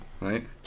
right